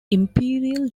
imperial